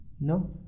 no